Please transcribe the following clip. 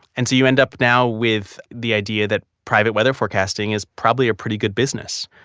and so you end up now with the idea that private weather forecasting is probably a pretty good business.